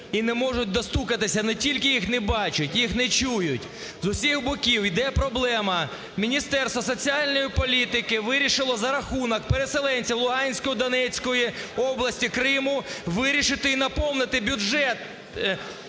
і не можуть достукатися, не тільки їх не бачать, їх не чують. З усіх боків іде проблема, Міністерство соціальної політики вирішило за рахунок переселенців Луганської і Донецької області, Криму вирішити і наповнити бюджет,